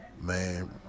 Man